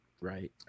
Right